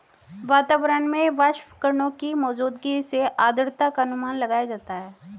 वातावरण में वाष्पकणों की मौजूदगी से आद्रता का अनुमान लगाया जाता है